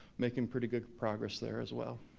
making pretty good progress there as well.